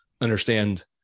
understand